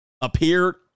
Appeared